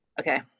Okay